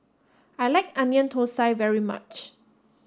I like onion Thosai very much